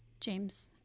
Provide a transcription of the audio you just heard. James